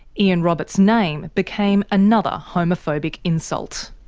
ian roberts' name became another homophobic insult.